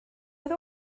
oedd